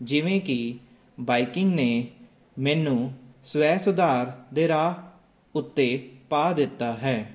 ਜਿਵੇਂ ਕਿ ਬਾਈਕਿੰਗ ਨੇ ਮੈਨੂੰ ਸਵੈ ਸੁਧਾਰ ਦੇ ਰਾਹ ਉੱਤੇ ਪਾ ਦਿੱਤਾ ਹੈ